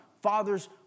father's